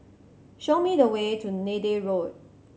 show me the way to Neythai Road